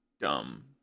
dumb